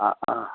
ಆಂ ಹಾಂ